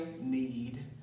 need